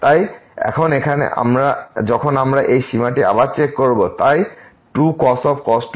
তাই এখন এখানে যখন আমরা এই সীমাটি আবার চেক করব তাই 2cos 2x এবং x যায় 0 তে